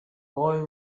boy